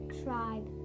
tribe